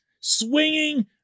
swinging